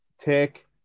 take